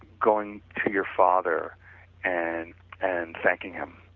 going to your father and and thanking him